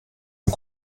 und